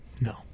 No